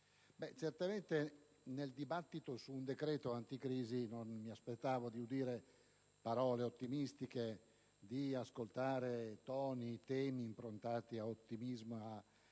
certamente nel dibattito su un decreto anticrisi non mi aspettavo di udire parole ottimistiche, né temi e toni improntati al trionfalismo, ma